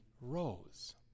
rose